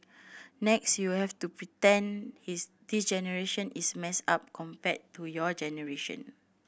next you have to pretend his this generation is messed up compared to your generation